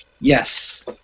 Yes